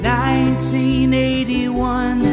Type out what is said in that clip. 1981